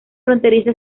fronteriza